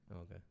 Okay